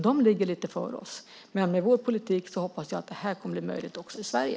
De ligger lite före oss, men med vår politik hoppas jag att det här kommer att bli möjligt också i Sverige.